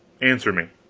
answer me.